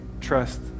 trust